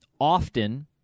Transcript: often